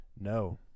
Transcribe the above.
No